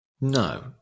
No